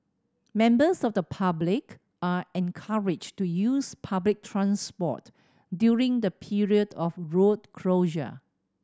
members of the public are encouraged to use public transport during the period of road closure